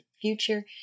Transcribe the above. future